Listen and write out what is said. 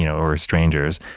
you know or strangers.